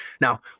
Now